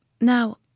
Now